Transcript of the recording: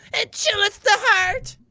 it chilleth the heart!